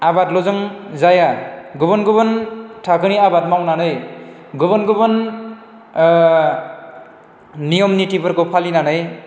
आबादल'जों जाया गुबुन गुबुन थाखोनि आबाद मावनानै गुबुन गुबुन नियम निथिफोरखौ फालिनानै